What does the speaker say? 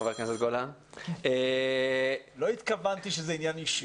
חבר הכנסת גולן --- לא התכוונתי שזה עניין אישי.